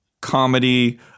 comedy